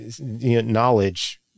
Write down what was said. knowledge